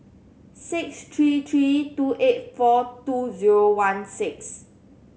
six three three two eight four two zero one six